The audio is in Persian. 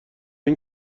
این